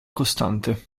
costante